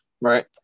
right